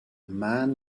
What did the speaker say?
man